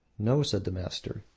no, said the master,